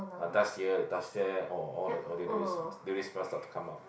ah touch here you touch there orh all the durian smell start to come out